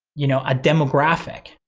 you know, a demographic,